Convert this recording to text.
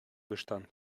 bestand